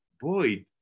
boy